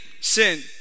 sin